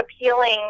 appealing